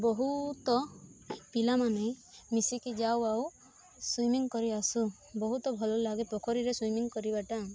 ବହୁତ ପିଲାମାନେ ମିଶିକି ଯାଉ ଆଉ ସୁଇମିଂ କରିଆସୁ ବହୁତ ଭଲ ଲାଗେ ପୋଖରୀରେ ସୁଇମିଂ କରିବାଟା